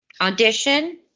Audition